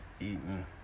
eating